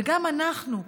וגם אנחנו.